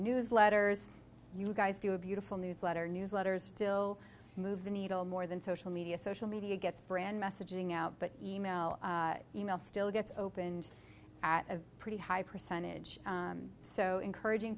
newsletters you guys do a beautiful newsletter newsletters still move the needle more than social media social media gets brand messaging out but email e mail still gets opened at a pretty high percentage so encouraging